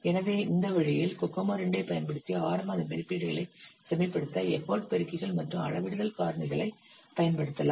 எனவே இந்த வழியில் கோகோமோ II ஐப் பயன்படுத்தி ஆரம்ப மதிப்பீடுகளைச் செம்மைப்படுத்த எஃபர்ட் பெருக்கிகள் மற்றும் அளவிடுதல் காரணிகளைப் பயன்படுத்தலாம்